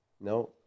No